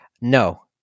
No